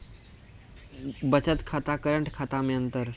बचत खाता करेंट खाता मे अंतर?